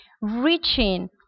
reaching